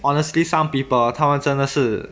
honestly some people 他们真的是